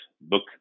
book